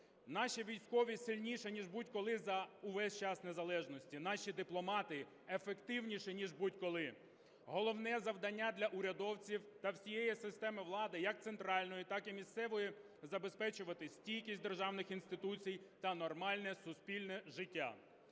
Наші військові сильніші ніж будь-коли за весь час незалежності. Наші дипломати ефективніші ніж будь-коли. Головне завдання для урядовців та всієї системи влади як центральної, так і місцевої, – забезпечувати стійкість державних інституцій та нормальне суспільне життя.